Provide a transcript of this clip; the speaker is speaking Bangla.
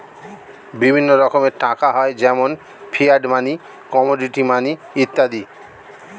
বিভিন্ন রকমের টাকা হয় যেমন ফিয়াট মানি, কমোডিটি মানি ইত্যাদি